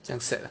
这样 sad ah